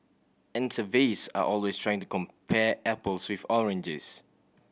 and surveys are always trying to compare apples with oranges